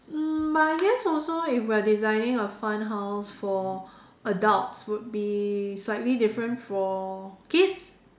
uh but I guess also if we're designing a fun house for adults would be slightly different for kids